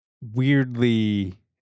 weirdly